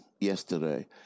yesterday